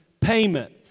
payment